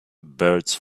birds